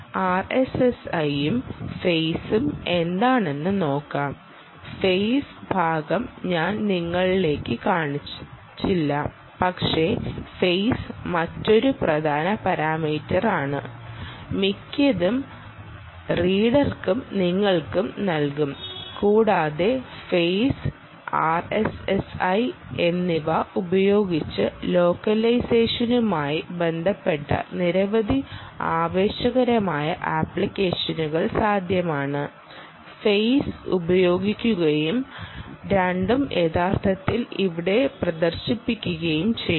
R S S I യും ഫേസും എന്താണെന്ന് നോക്കാം ഫെയിസ് ഭാഗം ഞാൻ നിങ്ങളൾക്ക് കാണിച്ചില്ല പക്ഷേ ഫെയിസ് മറ്റൊരു പ്രധാന പാരാമീറ്ററാണ് മിക്കതും റീഡർക്കും നിങ്ങൾക്ക് നൽകും കൂടാതെ ഫെയിസ് ആർഎസ്എസ്ഐ എന്നിവ ഉപയോഗിച്ച് ലോക്കലൈസേഷനുമായി ബന്ധപ്പെട്ട നിരവധി ആവേശകരമായ ആപ്ലിക്കേഷനുകൾ സാധ്യമാണ് ഫേയ്സ് ഉപയോഗിക്കുകയും രണ്ടും യഥാർത്ഥത്തിൽ ഇവിടെ പ്രദർശിപ്പിക്കുകയും ചെയ്യുന്നു